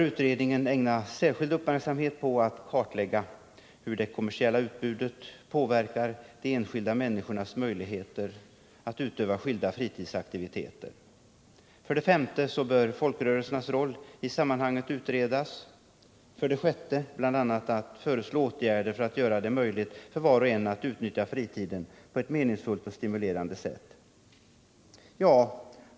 Utredningen bör ägna särskild uppmärksamhet åt att kartlägga hur det kommersiella utbudet påverkar de enskilda människornas möjligheter att utöva skilda fritidsaktiviteter. 5. Folkrörelsernas roll i sammanhanget bör utredas. 6. Man bör föreslå åtgärder för att göra det möjligt för var och en att utnyttja fritiden på ett meningsfullt och stimulerande sätt.